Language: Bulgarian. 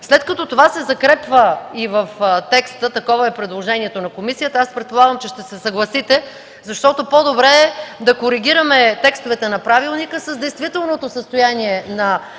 След като това се закрепва и в текст – такова е предложението на комисията, аз предполагам, че ще се съгласите, защото е по-добре да коригираме текстовете на правилника с действителното състояние на